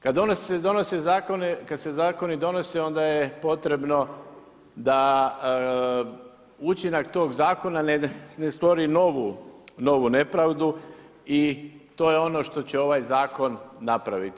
Kad donose zakone, kada se zakoni donose, onda je potrebno, da učinak tog zakona ne stvori novu nepravdu i to je ono što će ovaj zakon napraviti.